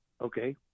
Okay